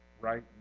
right